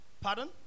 Pardon